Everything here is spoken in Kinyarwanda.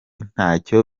ntacyo